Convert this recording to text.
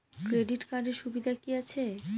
Credit কার্ডের সুবিধা কি আছে?